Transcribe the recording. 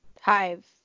Hive